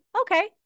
okay